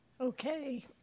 Okay